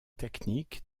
technique